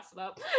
up